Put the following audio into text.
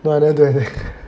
no I never do anything